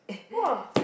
!wow!